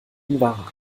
unwahre